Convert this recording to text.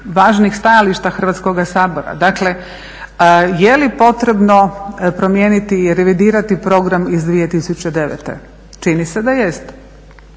važnih stajališta Hrvatskoga sabora. Dakle jeli potrebno promijeniti i revidirati program iz 2009.? Čini se da jest,